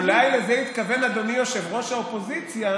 אולי לזה התכוון אדוני ראש האופוזיציה